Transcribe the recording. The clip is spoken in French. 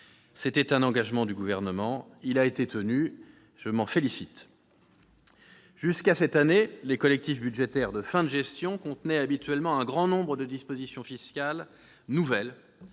C'était un engagement du Gouvernement ; il a été tenu, et je m'en félicite. Jusqu'à cette année, les collectifs budgétaires de fin de gestion contenaient habituellement un grand nombre de dispositions fiscales nouvelles.